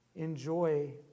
enjoy